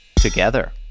together